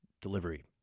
delivery